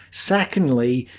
secondly,